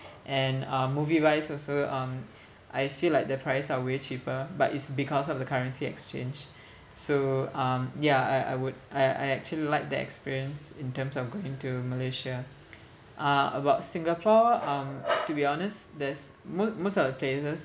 and uh movie wise also um I feel like the price are way cheaper but it's because of the currency exchange so um yeah I I would I I actually like the experience in terms of going to Malaysia uh about Singapore um to be honest there's most most of the places